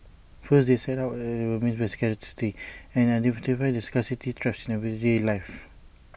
first they set out what they mean by scarcity and identify the scarcity traps in everyday life